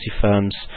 firms